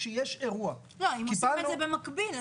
אם עושים את זה במקביל,